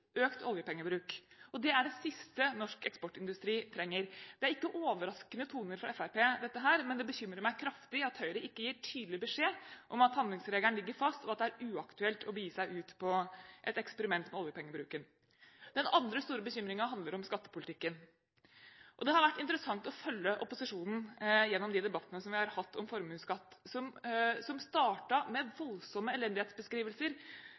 økt oljepengebruk, og det er det siste norsk eksportindustri trenger. Dette er ikke overraskende toner fra Fremskrittspartiet, men det bekymrer meg kraftig at Høyre ikke gir tydelig beskjed om at handlingsregelen ligger fast, og at det er uaktuelt å begi seg ut på et eksperiment med oljepengebruken. Den andre store bekymringen handler om skattepolitikken. Det har vært interessant å følge opposisjonen gjennom de debattene vi har hatt om formuesskatt. Det startet med voldsomme elendighetsbeskrivelser